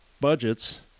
budgets